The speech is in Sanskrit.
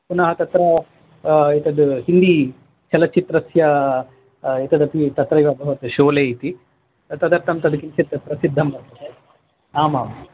पुनः तत्र एतद् हिन्दीचलच्चित्रस्य एतदपि तत्रैव भवत् शोले इति तदर्थं तद् किञ्चित् प्रसिद्धं वर्तते आमाम्